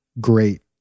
great